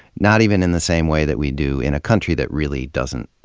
not even in the same way that we do in a country that really doesn't,